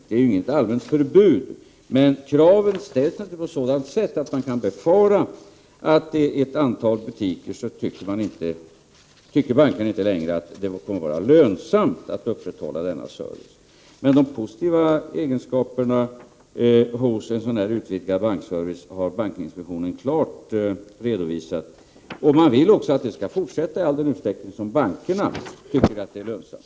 Man utfärdar inget allmänt förbud. Men kraven ställs på sådant sätt att man kan befara att bankerna inte längre kommer att tycka att det är lönsamt att upprätthålla denna service i ett antal butiker. Bankinspektionen har dock klart redovisat de positiva egenskaperna hos en utvidgad bankservice. Man vill också att denna service skall fortsätta i all den utsträckning som bankerna tycker att det är lönsamt.